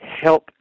Help